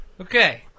Okay